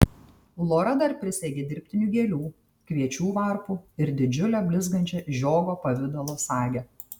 lora dar prisegė dirbtinių gėlių kviečių varpų ir didžiulę blizgančią žiogo pavidalo sagę